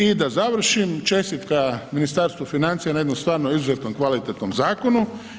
I da završim čestitka Ministarstvu financija na jednom stvarno izuzetnom, kvalitetnom zakonu.